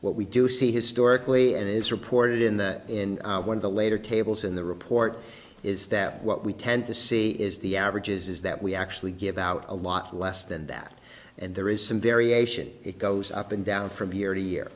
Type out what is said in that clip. what we do see historically and is reported in that in one of the later tables in the report is that what we tend to see is the average is that we actually give out a lot less than that and there is some variation it goes up and down from year to year